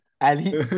Ali